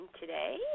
today